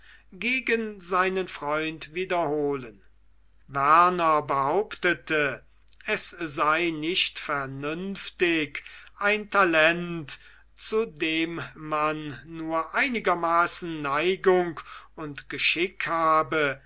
gegen seinen freund wiederholen werner behauptete es sei nicht vernünftig ein talent zu dem man nur einigermaßen neigung und geschick habe